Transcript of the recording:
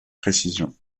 précision